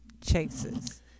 chases